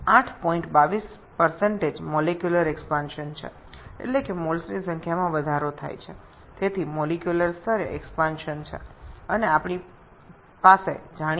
এবং আমরা জানি যে চাপ মোল সংখ্যার সাথে সমানুপাতিক